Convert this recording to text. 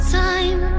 time